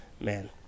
man